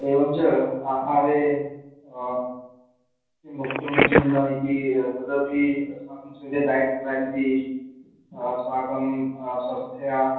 एवं च आहारे किं भोक्तुं किं न इति तदपि अस्माकं समीपे डय्ट् प्ल्यान् इति अस्माकं स्वास्थ्य